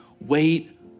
wait